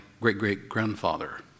great-great-grandfather